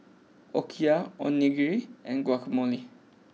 Okayu Onigiri and Guacamole